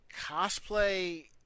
cosplay